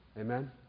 Amen